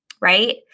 right